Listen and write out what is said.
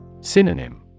Synonym